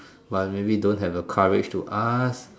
but maybe don't have the courage to ask